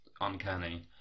uncanny